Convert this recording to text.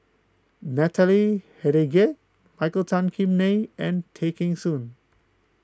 Natalie Hennedige Michael Tan Kim Nei and Tay Kheng Soon